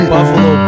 Buffalo